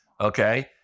okay